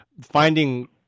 finding